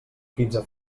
quinze